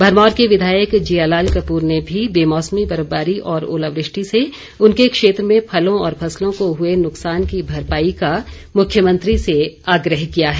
भरमौर के विधायक जियालाल कपूर ने भी बेमौसमी बर्फबारी और ओलावृष्टि से उनके क्षेत्र में फलों और फसलों को हुए नुकसान की भरपाई का मुख्यमंत्री से आग्रह किया है